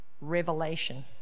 revelation